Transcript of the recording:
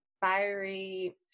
fiery